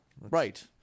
Right